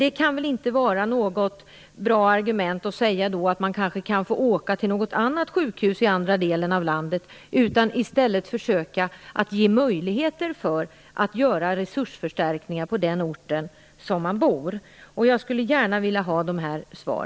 Det kan väl inte vara något bra argument att patienten kanske kan få åka till något annat sjukhus i andra delen av landet? Vi måste i stället försöka att ge möjligheter för att göra resursförstärkningar på den ort som patienten bor på. Jag skulle gärna vilja ha dessa svar.